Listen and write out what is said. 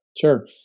Sure